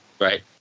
Right